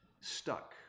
stuck